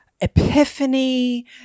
epiphany